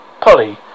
Polly